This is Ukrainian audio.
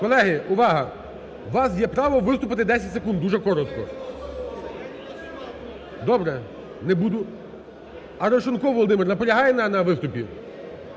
Колеги, увага! У вас є право виступити 10 секунд дуже коротко. Добре, не буду. Арешонков Володимир наполягає на виступі?